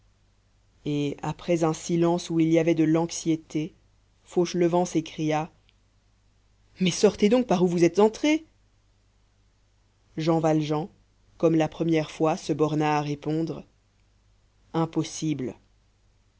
et après un silence où il y avait de l'anxiété fauchelevent s'écria mais sortez donc par où vous êtes entré jean valjean comme la première fois se borna à répondre impossible